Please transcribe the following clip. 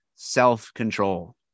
self-control